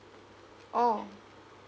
oh